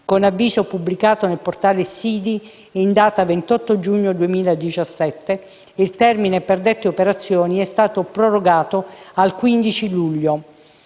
Con avviso pubblicato nel portale SIDI in data 28 giugno 2017, il termine per dette operazioni è stato prorogato al 15 luglio.